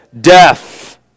death